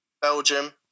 Belgium